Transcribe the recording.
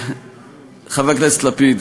חבר הכנסת לפיד,